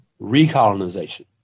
recolonization